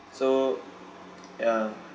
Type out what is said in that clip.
so ya